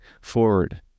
forward